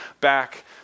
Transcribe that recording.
back